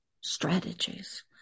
strategies